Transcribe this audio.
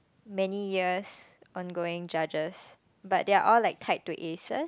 many years ongoing judges but they're all like tied to aces